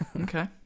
Okay